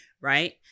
right